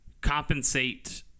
compensate